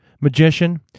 magician